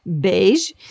beige